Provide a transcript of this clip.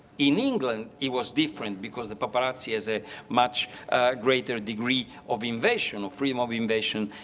in england, it was different because the paparazzi has a much greater degree of invasion, of freedom of invasion,